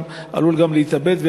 גם מישהו מבני משפחתם עלול להתאבד.